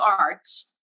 Arts